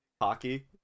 hockey